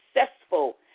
successful